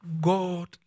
God